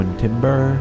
timber